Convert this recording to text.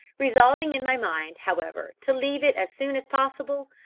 resolving in my mind, however, to leave it as soon as possible,